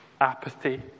apathy